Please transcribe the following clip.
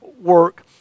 work